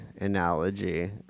analogy